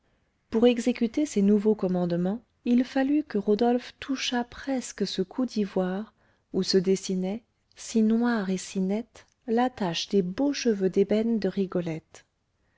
pour exécuter ces nouveaux commandements il fallut que rodolphe touchât presque ce cou d'ivoire où se dessinait si noire et si nette l'attache des beaux cheveux d'ébène de rigolette